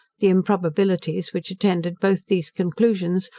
the improbabilities which attended both these conclusions,